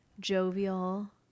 jovial